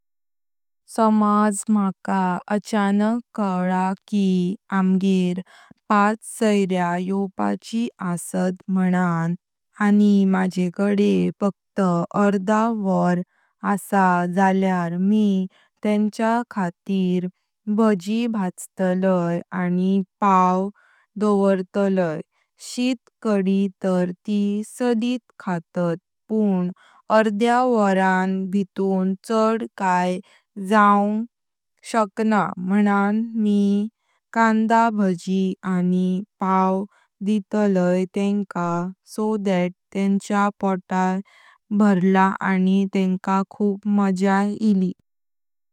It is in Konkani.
समाज माका अचानक कैला कि आमगेर पाच सैर्यां योवपाची आसात मानां। आनी माझेकडें फक्त आर्द वोरांत आसां जत्यार मी तेंच्या खातीर भाजीं भाजतलाई। नी पाव डॉकॉर्तालाय शीत काडितार ती सादित खातांत पन आर्द्या वोरां भीतून छद काय। जऊंग शाकना मानां मी कांदा भाजीं आनी पाव दितलाई तेंका सो देत तेंचा पॉताय भरला आनी तेंका खूब मज्याय ईली।